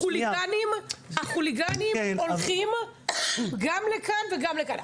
החוליגנים הולכים גם לכאן וגם לכאן.